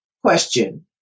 question